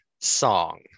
song